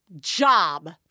job